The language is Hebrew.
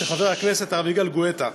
של חבר הכנסת הרב יגאל גואטה.